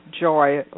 joy